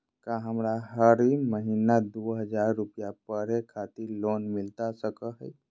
का हमरा हरी महीना दू हज़ार रुपया पढ़े खातिर लोन मिलता सको है?